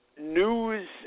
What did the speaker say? news